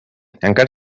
encara